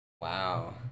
Wow